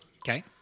Okay